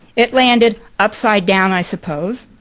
it landed upside down, i suppose,